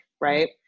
right